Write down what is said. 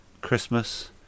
Christmas